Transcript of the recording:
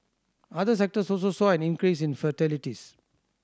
other sectors also saw an increase in fatalities